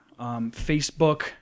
Facebook